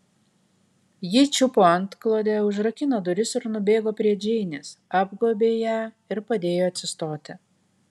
ji čiupo antklodę užrakino duris ir nubėgo prie džeinės apgobė ją ir padėjo atsistoti